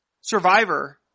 Survivor